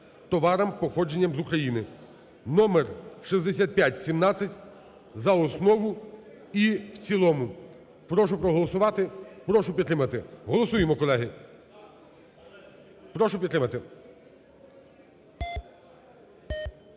товарам, походженням з України (№ 6517) за основу і в цілому. Прошу проголосувати, прошу підтримати. Голосуємо, колеги. Прошу підтримати.